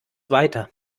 weiter